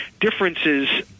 differences